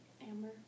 Amber